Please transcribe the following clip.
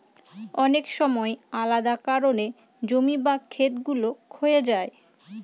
অনেক সময় আলাদা কারনে জমি বা খেত গুলো ক্ষয়ে যায়